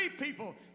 people